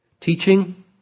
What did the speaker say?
teaching